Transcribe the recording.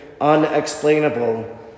unexplainable